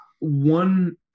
One